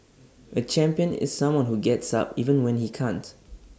A champion is someone who gets up even when he can't